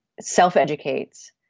self-educates